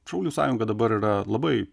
šaulių sąjunga dabar yra labai